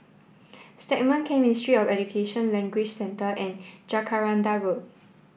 Stagmont Camp Ministry of Education Language Centre and Jacaranda Road